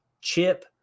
Chip